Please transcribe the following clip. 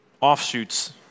offshoots